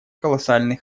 колоссальный